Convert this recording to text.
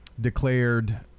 declared